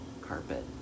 carpet